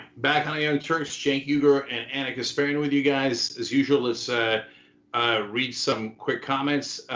back on the young turks, cenk uygur and anna gasparyan with you guys, as usual. let's ah ah read some quick comments.